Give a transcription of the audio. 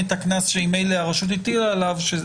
מה שכן,